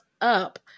up